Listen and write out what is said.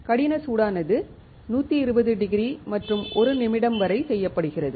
கடின சூடானது 120 டிகிரி மற்றும் 1 நிமிடம் வரை செய்யப்படுகிறது